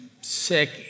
sick